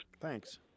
Thanks